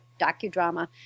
docudrama